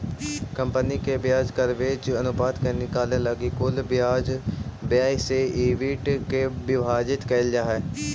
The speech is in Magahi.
कंपनी के ब्याज कवरेज अनुपात के निकाले लगी कुल ब्याज व्यय से ईबिट के विभाजित कईल जा हई